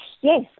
Yes